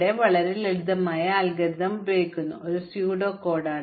അതിനാൽ ഇത് വളരെ ലളിതമായ അൽഗോരിതം ആണ് അതിനാൽ ഇവിടെ ഇത് സ്യൂഡോ കോഡിലാണ്